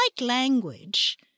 language